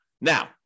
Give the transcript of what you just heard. Now